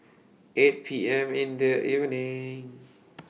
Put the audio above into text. eight P M in The evening